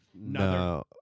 No